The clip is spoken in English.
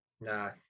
nah